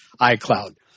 iCloud